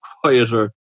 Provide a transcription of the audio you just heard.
quieter